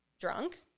drunk